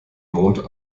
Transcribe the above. mond